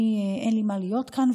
אין לי מה להיות כאן,